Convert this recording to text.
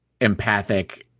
empathic